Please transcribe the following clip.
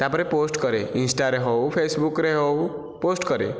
ତାପରେ ପୋଷ୍ଟ କରେ ଇନ୍ସଟାରେ ହେଉ ଫେସବୁକ୍ରେ ହେଉ ପୋଷ୍ଟ କରେ